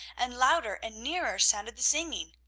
and louder and nearer sounded the singing.